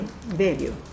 value